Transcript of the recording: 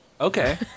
Okay